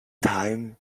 time